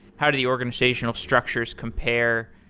how did the organizational structures compare?